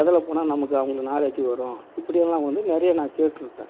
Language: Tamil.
எதில் போனால் நமக்கு அவங்க நாலெஜி வரும் இப்படி எல்லாம் வந்து நிறையா நான் கேட்டுருக்கேன்